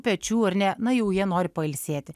pečių ar ne na jau jie nori pailsėti